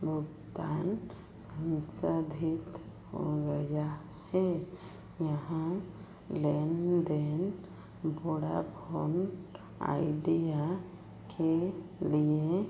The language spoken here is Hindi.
भुगतान संसाधित हो गया है यहाँ लेन देन वोढाफोन आईडिया के लिए